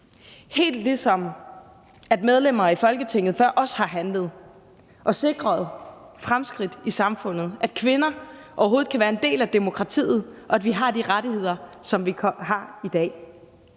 helt ligesom medlemmer af Folketinget før os har handlet og sikret fremskridt i samfundet, at kvinder overhovedet kan være en del af demokratiet, og at vi har de rettigheder, som vi har i dag.